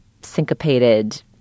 syncopated